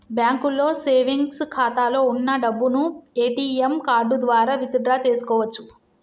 బ్యాంకులో సేవెంగ్స్ ఖాతాలో వున్న డబ్బును ఏటీఎం కార్డు ద్వారా విత్ డ్రా చేసుకోవచ్చు